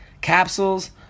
capsules